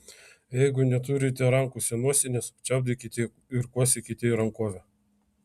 jeigu neturite rankose nosinės čiaudėkite ir kosėkite į rankovę